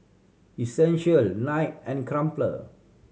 Essential Knight and Crumpler